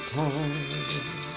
time